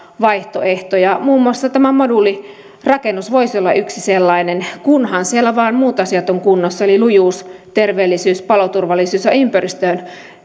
vaihtoehtoja muun muassa tämä moduulirakennus voisi olla yksi sellainen kunhan siellä vain muut asiat ovat kunnossa eli lujuus terveellisyys paloturvallisuus ja ympäristöön